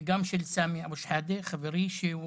וגם של סמי אבו שחאדה, חברי שהוא